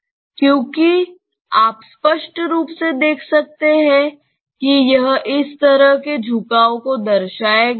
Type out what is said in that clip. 1 क्योंकि आप स्पष्ट रूप से देख सकते हैं कि यह इस तरह के झुकाव को दर्शाएगा